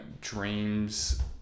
dreams